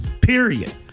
Period